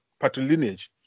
patrilineage